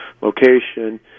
location